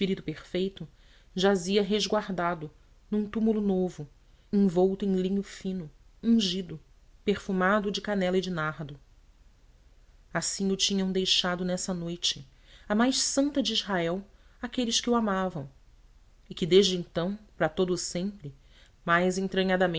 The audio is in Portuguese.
perfeito jazia resguardado num túmulo novo envolto em linho fino ungido perfumado de canela e de nardo assim o tinham deixado nessa noite a mais santa de israel aqueles que o amavam e que desde então para todo o sempre mais